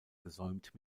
gesäumt